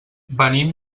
venim